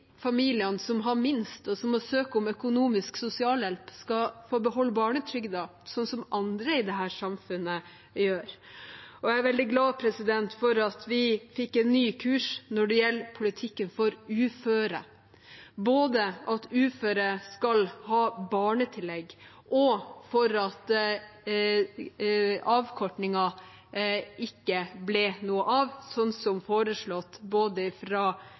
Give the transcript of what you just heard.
familiene som har minst, og som må søke om økonomisk sosialhjelp, skal få beholde barnetrygden, slik som andre i dette samfunnet gjør. Og jeg er veldig glad for at vi fikk en ny kurs når det gjelder politikken for uføre, både for at uføre skal ha barnetillegg, og for at avkortingen ikke ble noe av – som foreslått både